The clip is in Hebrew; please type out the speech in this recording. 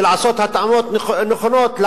לעשות התאמות נכונות,